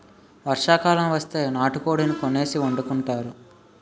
వర్షాకాలం వస్తే నాటుకోడిని కోసేసి వండుకుంతారు